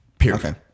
Period